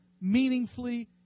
meaningfully